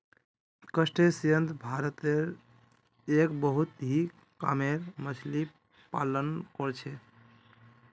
crustaceans भारतत एक बहुत ही कामेर मच्छ्ली पालन कर छे